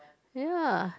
ya